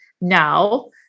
now